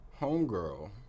homegirl